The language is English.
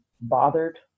bothered